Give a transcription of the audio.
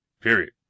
Period